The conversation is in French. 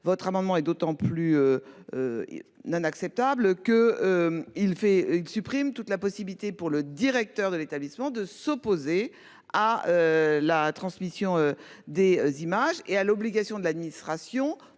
votre amendement est d'autant plus. D'acceptable que. Il fait il supprime toute la possibilité pour le directeur de l'établissement de s'opposer à. La transmission des images et à l'obligation de l'administration